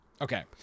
Okay